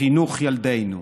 חינוך ילדינו.